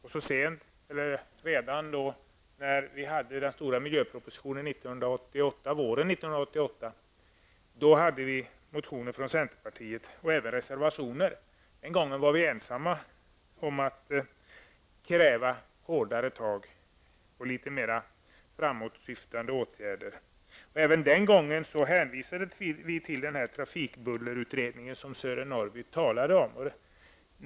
När vi behandlade den stora propositionen våren 1988 förelåg motioner och även reservationer från centerpartiet. Den gången var vi ensamma om att kräva hårdare tag och litet mer framåtsyftande åtgärder. Den gången hänvisade vi även till trafikbullerutredningen, som Sören Norrby talade om.